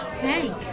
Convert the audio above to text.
thank